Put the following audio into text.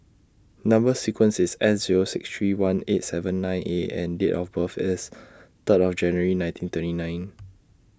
Number sequence IS S Zero six three one eight seven nine A and Date of birth IS Third of January nineteen twenty nine